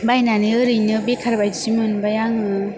बायनानै ओरैनो बेखारबायदिसो मोनबाय आङो